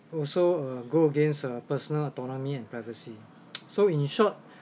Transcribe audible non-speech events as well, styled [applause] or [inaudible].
also uh go against uh personal autonomy and privacy [noise] so in short